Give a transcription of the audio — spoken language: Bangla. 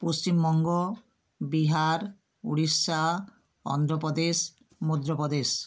পশ্চিমবঙ্গ বিহার উড়িষ্যা অন্ধ্র প্রদেশ মধ্য প্রদেশ